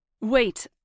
Wait